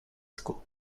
school